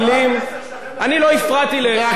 לחבר הכנסת חסון לא הפרעת,